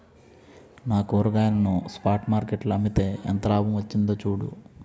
నా కూరగాయలను spot market లో అమ్మితే ఎంత లాభం వచ్చిందో చూడు